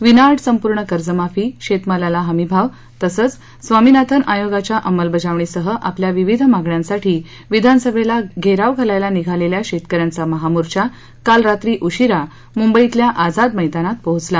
विनाअट संपूर्ण कर्जमाफी शेतमालाला हमीभाव तसंच स्वामिनाथन आयोगाच्या अंमलबजावणीसह आपल्या विविध मागण्यांसाठी विधानसभेला घेराव घालायला निघालेल्या शेतक यांचा महामोर्चा काल रात्री उशिरा मुंबईतल्या आझाद मैदानात पोहचला